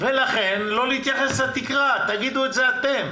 "התוספת השנייה"